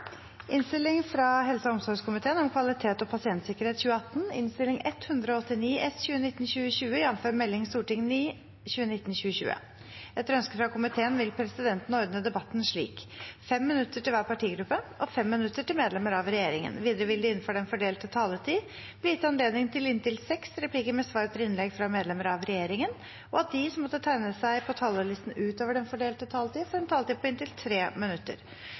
slik: 5 minutter til hver partigruppe og 5 minutter til medlemmer av regjeringen. Videre vil det – innenfor den fordelte taletid – bli gitt anledning til inntil seks replikker med svar etter innlegg fra medlemmer av regjeringen, og de som måtte tegne seg på talerlisten utover den fordelte taletid, får en taletid på inntil 3 minutter.